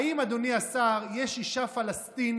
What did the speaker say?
האם, אדוני השר, יש אישה פלסטינית